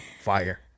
fire